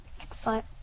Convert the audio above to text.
Excellent